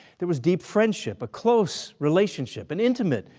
there was deep friendship, a close relationship, an intimate,